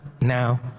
now